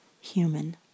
human